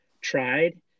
tried